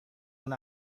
اون